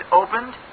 opened